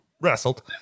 Wrestled